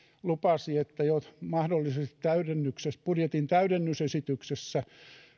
lupasi että jo mahdollisesti budjetin täydennysesityksessä